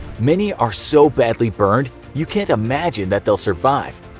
many are so badly burned you can't imagine that they'll survive.